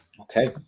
Okay